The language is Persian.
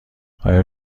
آیا